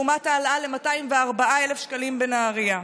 לעומת העלאה ל-204,000 שקלים בנהריה.